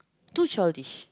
too childish